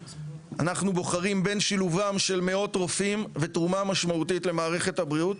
אנחנו בוחרים בין שילובם של מאות רופאים ותרומה משמעותית למערכת הבריאות